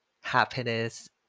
happiness